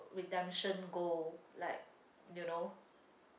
redemption go like you know